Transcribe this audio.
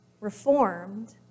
reformed